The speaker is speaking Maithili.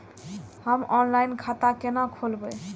हम ऑनलाइन खाता केना खोलैब?